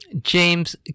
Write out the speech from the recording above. James